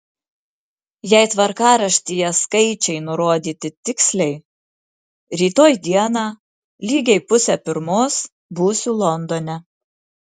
jei tvarkaraštyje skaičiai nurodyti tiksliai rytoj dieną lygiai pusę pirmos būsiu londone